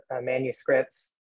manuscripts